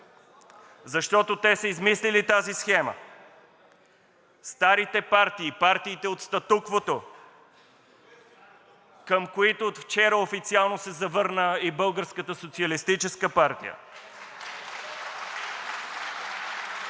Защото те са измислили тази схема – старите партии, партиите от статуквото, към които от вчера официално се завърна и Българската социалистическа партия.